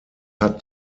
hat